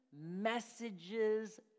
messages